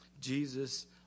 Jesus